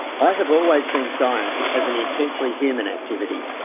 i have always seen science as an intensely human activity.